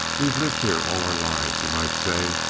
we've lived here all our lives, you might say.